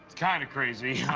kind of crazy, huh?